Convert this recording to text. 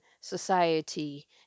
society